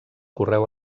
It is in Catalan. correu